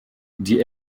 die